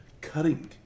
cutting